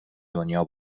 دنیا